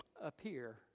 appear